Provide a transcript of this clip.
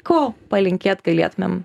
ko palinkėt galėtumėm